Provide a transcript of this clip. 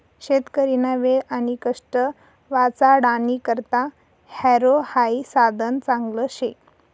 शेतकरीना वेळ आणि कष्ट वाचाडानी करता हॅरो हाई साधन चांगलं शे